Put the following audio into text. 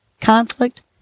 conflict